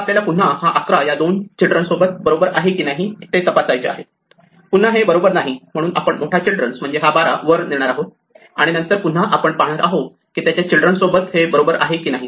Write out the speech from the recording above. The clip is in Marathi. आता आपल्याला पुन्हा हा 11 या दोन चिल्ड्रन सोबत बरोबर आहे कि नाही ते तपासायचे आहे पुन्हा हे बरोबर नाही म्हणून आपण मोठा म्हणजेच हा 12 वर नेणार आहोत आणि नंतर पुन्हा आपण पाहणार आहोत की त्याच्या चिल्ड्रन सोबत हे बरोबर आहे की नाही